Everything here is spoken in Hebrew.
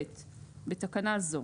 בתקנה זו,